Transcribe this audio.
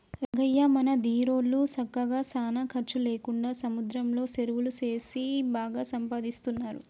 రంగయ్య మన దీరోళ్ళు సక్కగా సానా ఖర్చు లేకుండా సముద్రంలో సెరువులు సేసి బాగా సంపాదిస్తున్నారు